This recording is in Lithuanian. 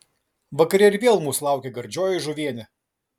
vakare ir vėl mūsų laukė gardžioji žuvienė